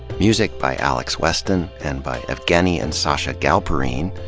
music by alex weston, and by evgueni and sacha galperine.